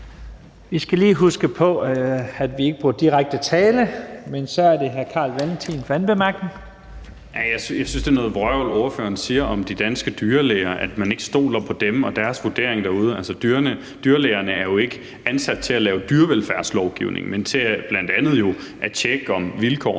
Vi skal lige huske på, at vi ikke bruger direkte tiltale. Men så er det hr. Carl Valentin for sin anden korte bemærkning. Kl. 12:09 Carl Valentin (SF): Jeg synes, det er noget vrøvl, når ordføreren siger om de danske dyrlæger, at man ikke stoler på dem og deres vurdering derude. Altså, dyrlægerne er jo ikke ansat til at lave dyrevelfærdslovgivning, men til bl.a. at tjekke, om vilkårene